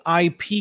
IP